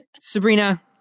Sabrina